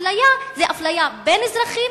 אפליה זה אפליה בין אזרחים